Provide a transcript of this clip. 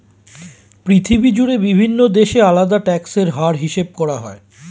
পৃথিবী জুড়ে বিভিন্ন দেশে আলাদা ট্যাক্স এর হার হিসাব করা হয়